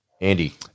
Andy